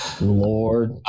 Lord